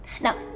Now